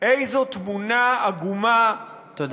איזו תמונה עגומה, תודה.